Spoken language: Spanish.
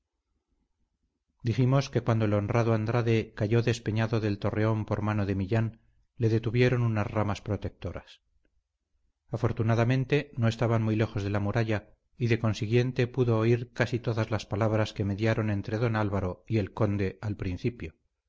dijimos que cuando el honrado andrade cayó despeñado del torreón por mano de millán le detuvieron unas ramas protectoras afortunadamente no estaban muy lejos de la muralla y de consiguiente pudo oír casi todas las palabras que mediaron entre don álvaro y el conde al principio